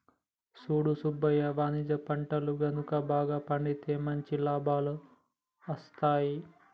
సూడు సుబ్బయ్య వాణిజ్య పంటలు గనుక బాగా పండితే మంచి లాభాలు అస్తాయి